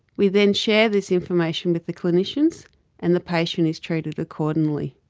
we then share this information with the clinicians and the patient is treated accordingly.